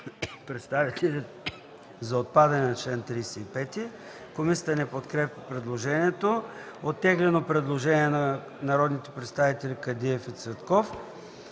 представители за отпадане на чл. 35. Комисията не подкрепя предложението. Оттеглено предложение на народните представители Кадиев и Цветков.